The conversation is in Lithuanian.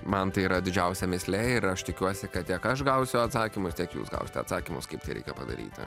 man tai yra didžiausia mįslė ir aš tikiuosi kad tiek aš gausiu atsakymus tiek jūs gausite atsakymus kaip tai reikia padaryti